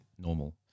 normal